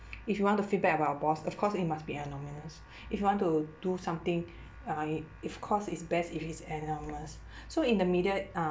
if you want to feedback about a boss of course you must be if you want to do something uh i~ if cause it's best if it's anonymous so in the media